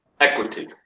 equity